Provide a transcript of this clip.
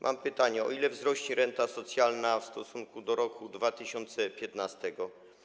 Mam pytanie: O ile wzrośnie renta socjalna w stosunku do roku 2015?